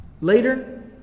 Later